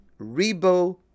Rebo